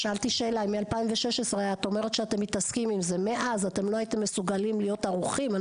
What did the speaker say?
היום אתם לא ערוכים?